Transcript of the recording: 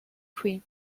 queen